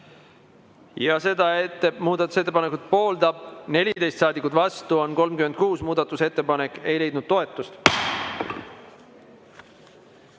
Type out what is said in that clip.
Seda muudatusettepanekut pooldab 14 saadikut ja vastu on 36. Muudatusettepanek ei leidnud toetust.